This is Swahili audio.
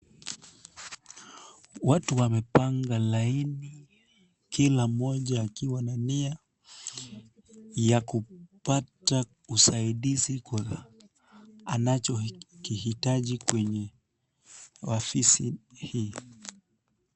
Watu wamepanga laini kila mmoja akiwa na nia ya kupata usaidizi kwa anachokihitaji kwenye afisi hii.